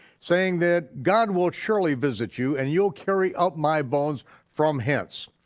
saying that god will surely visit you and you'll carry up my bones from hence.